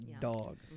dog